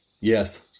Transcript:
yes